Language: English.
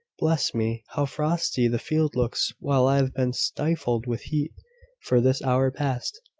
bless me! how frosty the field looks, while i have been stifled with heat for this hour past!